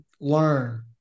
learn